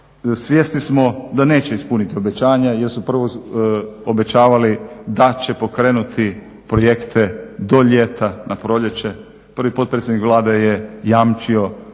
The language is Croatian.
Svjesni smo da neće ispuniti obećanja jer su prvo obećavali da će pokrenuti projekte do ljeta na proljeće. Prvi potpredsjednik Vlade je jamčio